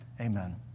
amen